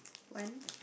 one